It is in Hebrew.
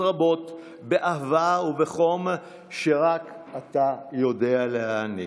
רבות באהבה ובחום שרק אתה יודע להעניק.